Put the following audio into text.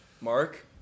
Mark